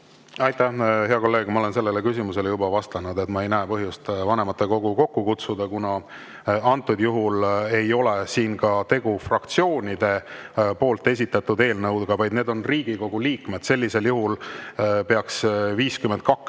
Aitäh! Hea kolleeg, ma olen sellele küsimusele juba vastanud. Ma ei näe põhjust vanematekogu kokku kutsuda, kuna antud juhul ei ole tegu fraktsioonide esitatud eelnõuga, vaid [esitajad] on Riigikogu liikmed. Sellisel juhul peaks 52